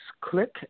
click